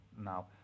now